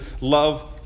love